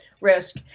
Risk